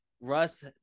Russ